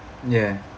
ya